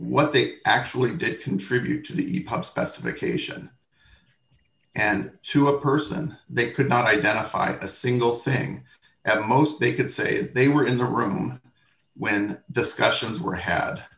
what they actually did contribute to the e pub specification and to a person they could not identify a single thing at most they could say if they were in the room when discussions were had